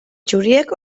txuriek